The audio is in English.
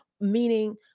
meaning